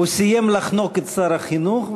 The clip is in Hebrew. הוא סיים לחנוק את שר החינוך,